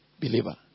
believer